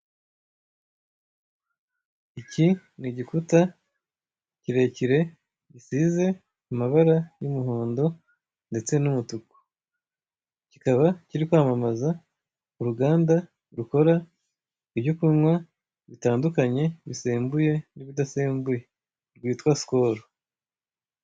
Iki ni igikuta kirekire gisize amabara y'umuhondo ndetse n'umutuku kikaba kiri kwamamaza uruganda rukora ibyo kunywa bitandukanye bisembuye n'ibidasembuye rwitwa Skol.